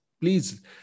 Please